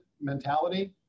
mentality